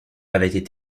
avaient